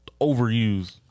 overused